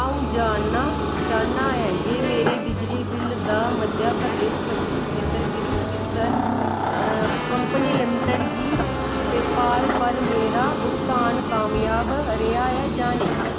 अ'ऊं जानना चाह्न्नां ऐ जे मेरे बिजली बिल दा मध्य प्रदेश पच्छम खेतर विद्युत वितरण कंपनी लिमिटड गी पेपाल पर मेरा भुगतान कामयाब रेहा ऐ जां नेईं